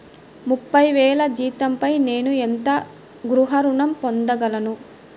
ముప్పై వేల జీతంపై నేను ఎంత గృహ ఋణం పొందగలను?